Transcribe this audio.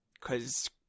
cause